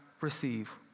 receive